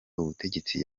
ubutegetsi